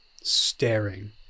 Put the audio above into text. staring